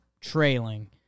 trailing